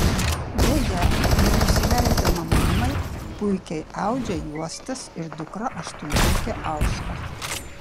beje nenusileisdama mamai puikiai audžia juostas ir dukra aštuntokė aušra